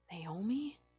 Naomi